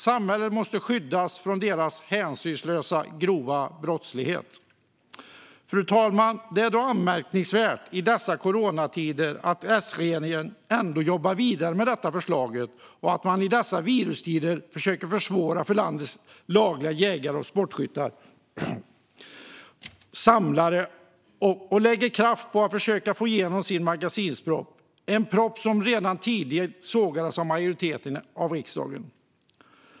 Samhället måste skyddas från deras hänsynslösa grova brottslighet. Fru talman! Det är anmärkningsvärt att S-regeringen i dessa coronatider jobbar vidare med detta förslag, att man i dessa virustider försöker försvåra för landets lagliga jägare, sportskyttar och samlare och att man lägger kraft på att försöka få igenom sin magasinsproposition, som redan tidigt sågades av majoriteten i riksdagen.